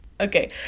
Okay